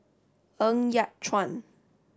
Ng Yat Chuan